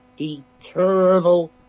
eternal